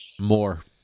More